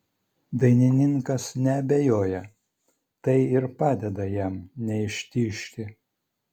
dainininkas neabejoja tai ir padeda jam neištižti